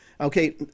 Okay